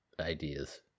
ideas